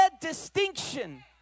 distinction